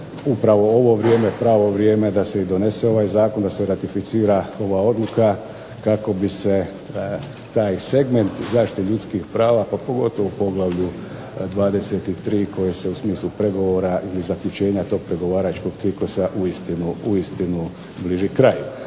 upravo ovo vrijeme pravo vrijeme da se i donese ovaj zakon, da se ratificira ova odluka kako bi se taj segment zaštite ljudskih prava, pa pogotovo u poglavlju 23. koje se u smislu pregovora i zaključenja tog pregovaračkog ciklusa uistinu bliži kraju.